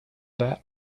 that